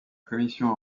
commission